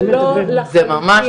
השר גלעד ארדן, זה שלו לחלוטין.